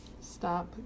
Stop